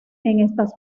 estas